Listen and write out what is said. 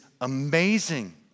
amazing